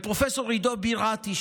לפרופ' עידו בירתי,